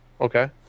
okay